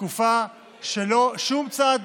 תקופה שבה שום צד